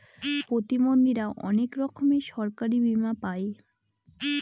প্রতিবন্ধীরা অনেক রকমের সরকারি বীমা পাই